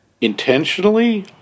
Intentionally